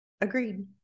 Agreed